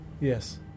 Yes